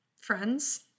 friends